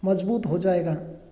मज़बूत हो जाएगा